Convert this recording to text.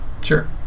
sure